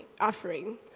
offering